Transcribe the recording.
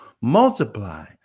multiply